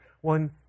one